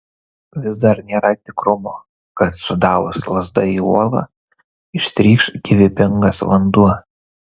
vis dar nėra tikrumo kad sudavus lazda į uolą ištrykš gyvybingas vanduo